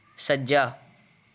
ਸੱਜਾ